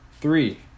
three